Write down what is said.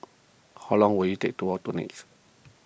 how long will it take to walk to Nex